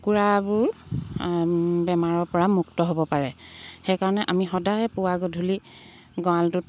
কুকুৰাবোৰ বেমাৰৰ পৰা মুক্ত হ'ব পাৰে সেইকাৰণে আমি সদায় পুৱা গধূলি গঁৰালটোত